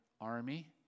Army